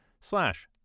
slash